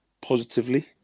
positively